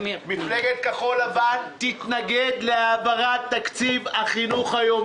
מפלגת כחול לבן תתנגד להעברת תקציב החינוך היום.